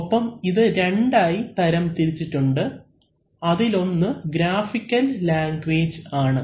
ഒപ്പം ഇത് രണ്ടായി തരംതിരിച്ചിട്ടുണ്ട് അതിലൊന്ന് ഗ്രാഫിക്കൽ ലാംഗ്വേജ് ആണ്